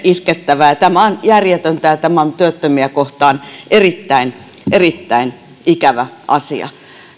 iskettävä tämä on järjetöntä ja tämä on työttömiä kohtaan erittäin erittäin ikävä asia